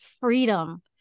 freedom